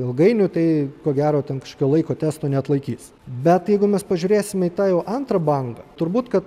ilgainiui tai ko gero ten kašokio laiko testo neatlaikys bet jeigu mes pažiūrėsime į tą jau antrą bangą turbūt kad